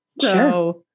Sure